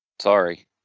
Sorry